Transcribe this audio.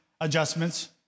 adjustments